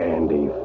Andy